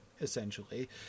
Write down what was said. essentially